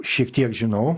šiek tiek žinau